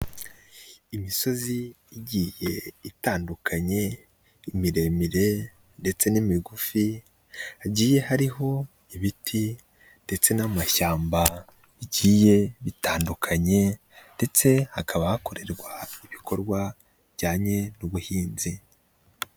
Imisozi igihe itandukanye imiremire ndetse n'imigufi hagiye hariho ibiti ndetse n'amashyamba bigiye bitandukanye ndetse hakaba hakorerwa ibikorwa bijyanye n'ubuhinzi.